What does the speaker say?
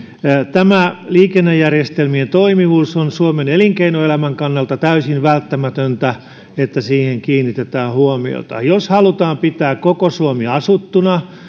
liikennejärjestelmien toimivuus on suomen elinkeinoelämän kannalta täysin välttämätöntä ja siihen on kiinnitettävä huomiota jos halutaan pitää koko suomi asuttuna tai